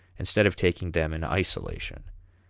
instead of taking them in isolation.